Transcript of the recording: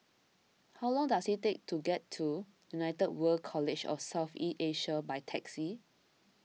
how long does it take to get to United World College of South East Asia by taxi